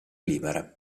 libere